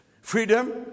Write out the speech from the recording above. freedom